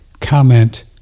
comment